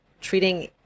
treating